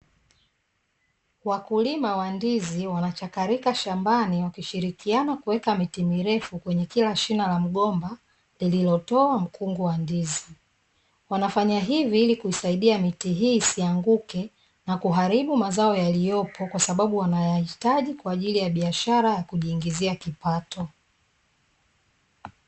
Wakulima wa ndizi wanachakarika shambani, wakishirikiana kuweka miti mirefu kwenye kila shina la mgomba lililotoa mkungu wa ndizi. Wanafanya hivi ili kuisaidia miti hii isianguke na kuharibu mazao yaliyopo, kwa sababu wanayahitaji kwa ajili ya biashara ya kujiingizia kipato.